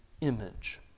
image